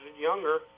younger